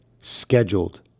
scheduled